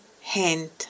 Hand